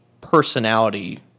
personality